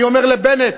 אני אומר לבנט,